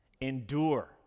endure